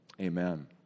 amen